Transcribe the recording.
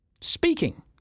Speaking